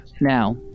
Now